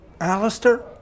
Alistair